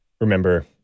Remember